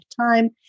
time